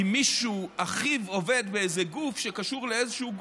אם מישהו, אחיו עובד באיזה גוף שקשור לאיזשהו גוף,